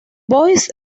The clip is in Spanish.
boys